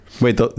Wait